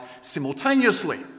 simultaneously